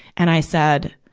and i said,